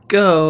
go